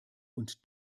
und